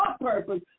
purpose